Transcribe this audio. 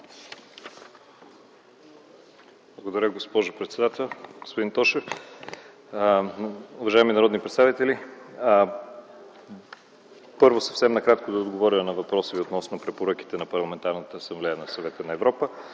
Благодаря, госпожо председател. Господин Тошев, уважаеми народни представители! Първо, съвсем накратко ще отговоря на въпроса относно препоръките на